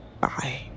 bye